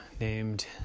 named